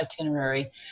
itinerary